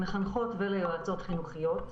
למחנכות וליועצות חינוכיות,